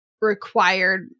required